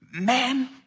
Man